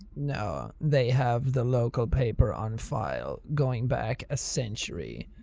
no, they have the local paper on file, going back a century.